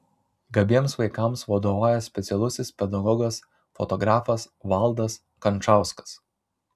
gabiems vaikams vadovauja specialusis pedagogas fotografas valdas kančauskas